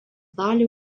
dalį